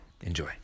enjoy